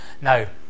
Now